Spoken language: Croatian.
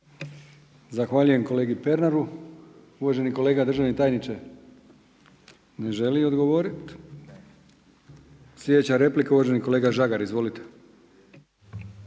Zahvaljujem kolegi Pernaru. Uvaženi kolega državni tajniče? …/Upadica: Ne./… Ne želi odgovoriti. Sljedeća replika uvaženi kolega Žagar, izvolite.